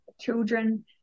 children